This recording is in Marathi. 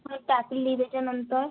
हो टाकली त्याच्यानंतर